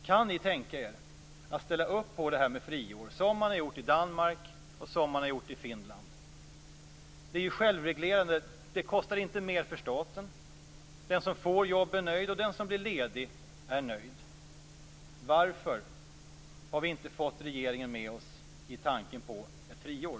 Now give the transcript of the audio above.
Kan ni tänka er att ställa upp på förslaget om friår, som man har gjort i Danmark och som man har gjort i Finland? Det är självreglerande. Det kostar inte mer för staten. Den som får jobb är nöjd, och den som blir ledig är nöjd. Varför har vi inte fått regeringen med oss i tanken på ett friår?